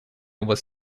was